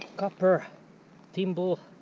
copper thimble.